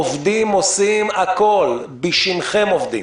עובדים, עושים הכול, בשמכם עובדים.